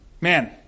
man